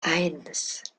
eins